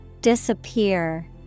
Disappear